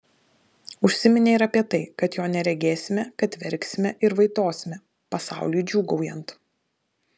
užsiminė ir apie tai kad jo neregėsime kad verksime ir vaitosime pasauliui džiūgaujant